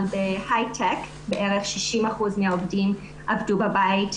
בהייטק בערך 60% מהעובדים עבדו בבית,